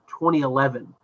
2011